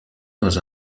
dans